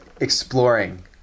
exploring